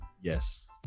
Yes